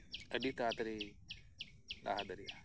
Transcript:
ᱟᱹᱰᱤ ᱛᱟᱲᱟᱛᱟᱲᱤ ᱞᱟᱦᱟ ᱫᱟᱲᱮᱭᱟᱜᱼᱟ